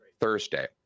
Thursday